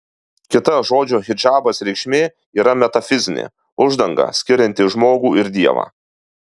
kita žodžio hidžabas reikšmė yra metafizinė uždanga skirianti žmogų ir dievą